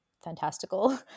fantastical